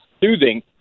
soothing